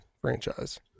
franchise